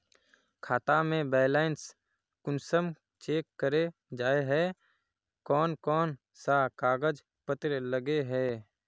खाता में बैलेंस कुंसम चेक करे जाय है कोन कोन सा कागज पत्र लगे है?